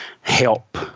help